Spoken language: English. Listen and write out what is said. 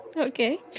Okay